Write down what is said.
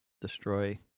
destroy